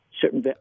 certain